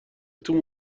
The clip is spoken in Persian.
توی